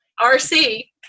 rc